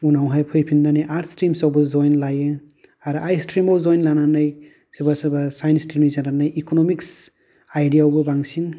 उनावहाय फैफिननानै आर्ट्स स्ट्रिमसावबो जयेन लायो आरो आर्ट्स स्ट्रिमाव जयेन लानानै सोरबा सोरबा साइन्स स्ट्रिमनि जानानै इक'न'मिक्स आयदायावबो बांसिन